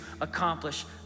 accomplish